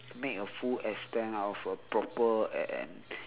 make a full extent out of a proper and and